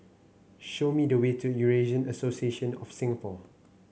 show me the way to Eurasian Association of Singapore